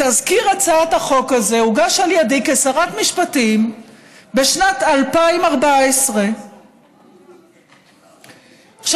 תזכיר הצעת החוק הזה הוגש על ידי כשרת משפטים בשנת 2014. עכשיו,